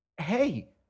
Hey